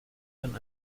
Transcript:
kann